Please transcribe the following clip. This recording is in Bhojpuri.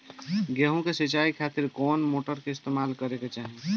गेहूं के सिंचाई खातिर कौन मोटर का इस्तेमाल करे के चाहीं?